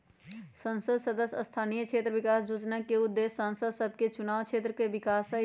संसद सदस्य स्थानीय क्षेत्र विकास जोजना के उद्देश्य सांसद सभके चुनाव क्षेत्र के विकास हइ